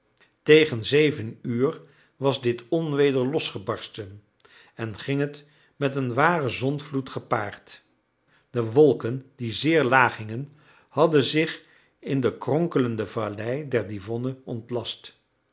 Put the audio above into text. tegen zeven uur was dit onweder losgebarsten en ging het met een waren zondvloed gepaard de wolken die zeer laag hingen hadden zich in de kronkelende vallei der divonne ontlast